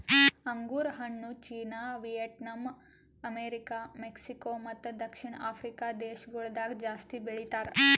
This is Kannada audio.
ಅಂಗುರ್ ಹಣ್ಣು ಚೀನಾ, ವಿಯೆಟ್ನಾಂ, ಅಮೆರಿಕ, ಮೆಕ್ಸಿಕೋ ಮತ್ತ ದಕ್ಷಿಣ ಆಫ್ರಿಕಾ ದೇಶಗೊಳ್ದಾಗ್ ಜಾಸ್ತಿ ಬೆಳಿತಾರ್